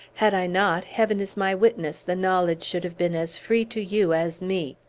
had i not, heaven is my witness the knowledge should have been as free to you as me.